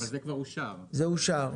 זה אושר.